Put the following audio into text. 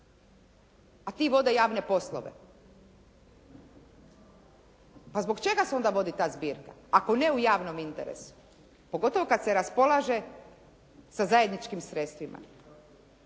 a ti vode javne poslove. Pa zbog čega se onda vodi ta zbirka ako ne u javnom interesu, pogotovo kad se raspolaže sa zajedničkim sredstvima.